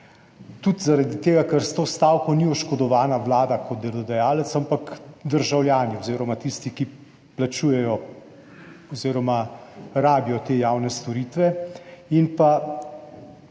Tudi zaradi tega, ker s to stavko ni oškodovana Vlada kot delodajalec, ampak državljani oziroma tisti, ki plačujejo oziroma rabijo te javne storitve,